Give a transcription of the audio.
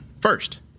first